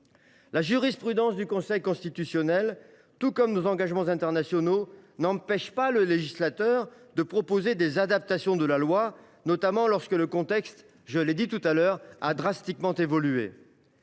la jurisprudence du Conseil constitutionnel, tout comme nos engagements internationaux, n’empêche pas le législateur de proposer des adaptations à la loi, notamment lorsque le contexte, comme je l’ai déjà souligné, a sensiblement évolué.